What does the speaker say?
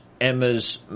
Emma's